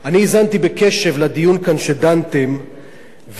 אני האזנתי בקשב לדיון כאן שדנתם ולפליאה